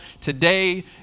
Today